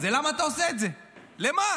וכשאתה עושה את זה אתה יורק,